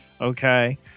okay